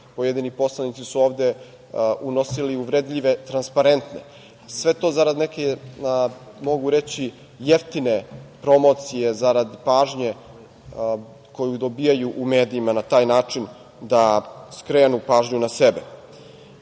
Pojedini poslanici su ovde unosili uvredljive transparente, a sve to zarad neke, mogu reći, jeftine promocije, zarad pažnje koju dobijaju u medijima na taj način, da skrenu pažnju na sebe. Ako